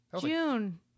june